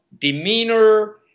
demeanor